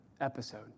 episode